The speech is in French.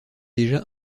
déjà